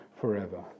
forever